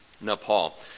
Nepal